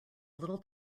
little